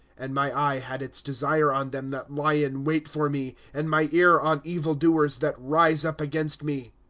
and my eye had its desire on them that lie in wait for me, and my ear on evil-doers that rise up against me.